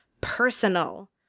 personal